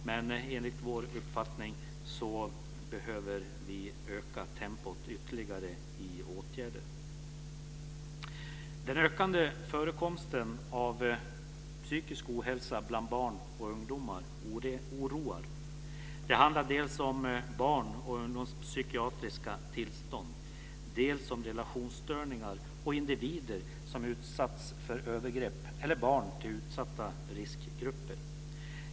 Men enligt vår uppfattning behöver vi öka tempot ytterligare när det gäller åtgärder. Den ökande förekomsten av psykisk ohälsa bland barn och ungdomar oroar. Det handlar dels om barnoch ungdomspsykiatriska tillstånd, dels om relationsstörningar och individer som utsatts för övergrepp eller barn till föräldrar i utsatta riskgrupper.